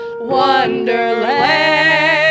Wonderland